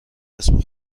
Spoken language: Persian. اسم